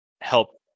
help